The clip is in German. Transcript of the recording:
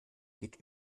geht